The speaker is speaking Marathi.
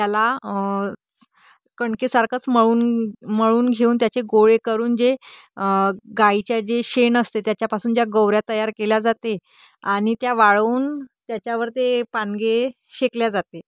त्याला कणकेसारखंच मळून मळून घेऊन त्याचे गोळे करून जे गायीच्या जे शेण असते त्याच्यापासून ज्या गोवऱ्या तयार केल्या जाते आणि त्या वाळवून त्याच्यावर ते पानगे शेकले जाते